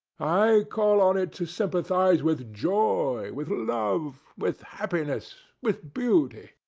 i call on it to sympathize with joy, with love, with happiness, with beauty.